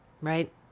right